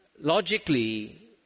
logically